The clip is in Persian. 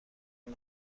تون